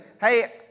hey